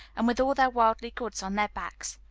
and with all their worldly goods on their backs.